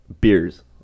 Beers